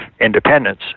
independence